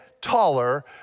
taller